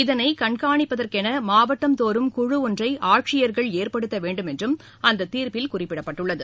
இதனை கண்காணிப்பதற்கென மாவட்டந்தோறும் குழு ஒன்றை ஆட்சியர்கள் ஏற்படுத்தவேண்டும் என்றும் அந்த தீர்ப்பில் குறிப்பிடப்பட்டுள்ளது